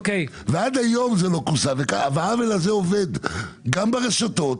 ועד היום זה לא כוסה, והעוול הזה עובד גם ברשתות